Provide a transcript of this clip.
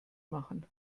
machen